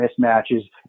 mismatches